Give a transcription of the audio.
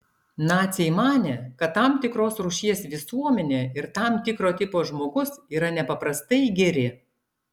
naciai manė kad tam tikros rūšies visuomenė ir tam tikro tipo žmogus yra nepaprastai geri